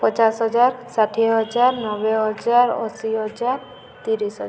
ପଚାଶ ହଜାର ଷାଠିଏ ହଜାର ନବେ ହଜାର ଅଶୀ ହଜାର ତିରିଶ ହଜାର